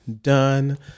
done